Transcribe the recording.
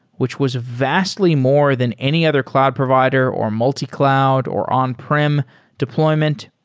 which was vastly more than any other cloud provider, or multi-cloud, or on-prem deployment.